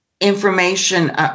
information